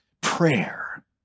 prayer